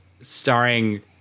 starring